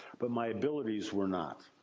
but my abilities were not.